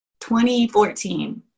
2014